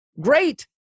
Great